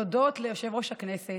תודות ליושב-ראש הכנסת,